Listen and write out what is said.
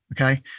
Okay